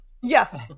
Yes